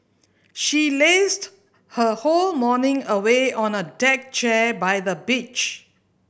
she lazed her whole morning away on a deck chair by the beach